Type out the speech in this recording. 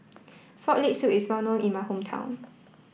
frog leg soup is well known in my hometown